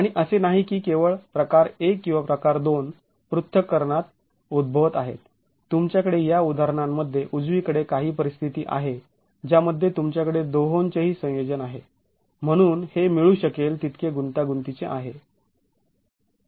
आणि असे नाही की केवळ प्रकार १ किंवा प्रकार २ पृथक्करणात उद्भवत आहेत तुमच्याकडे या उदाहरणांमध्ये उजवीकडे काही परिस्थिती आहे ज्यामध्ये तुमच्याकडे दोहोंचेही संयोजन आहे म्हणून हे मिळू शकेल तितके गुंतागुंतीचे आहे